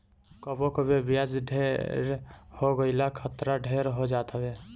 कबो कबो बियाज ढेर हो गईला खतरा ढेर हो जात हवे